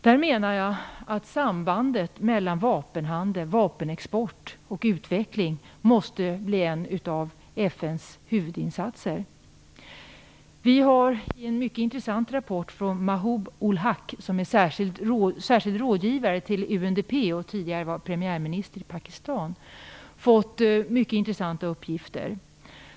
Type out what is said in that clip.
Därför menar jag att frågor om vapenhandel, vapenexport och vapenutveckling måste bli ett av FN:s huvudområden. I en rapport från Mahbub ul Haq, som är särskild rådgivare till UNDP och som tidigare var premiärminister i Pakistan, finns mycket intressanta uppgifter.